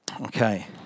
Okay